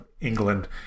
England